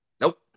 Nope